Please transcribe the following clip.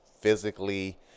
Physically